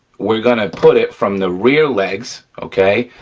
we're gonna put it from the rear legs, okay,